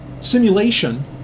simulation